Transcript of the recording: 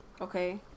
Okay